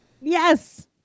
yes